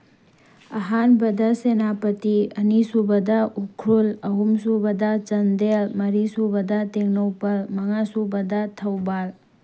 ꯑꯍꯥꯟꯕꯗ ꯁꯦꯅꯥꯄꯇꯤ ꯑꯅꯤ ꯁꯨꯕꯗ ꯎꯈ꯭ꯔꯨꯜ ꯑꯍꯨꯝ ꯁꯨꯕꯗ ꯆꯥꯟꯗꯦꯜ ꯃꯔꯤ ꯁꯨꯕꯗ ꯇꯦꯡꯅꯧꯄꯜ ꯃꯉꯥ ꯁꯨꯕꯗ ꯊꯧꯕꯥꯜ